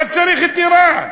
מה צריך את איראן?